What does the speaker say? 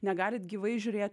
negalit gyvai žiūrėti